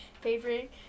favorite